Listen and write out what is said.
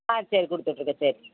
ஆ சரி கொடுத்து விட்ருங்க சரி